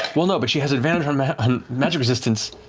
well no, but she has advantage um on magic resistance,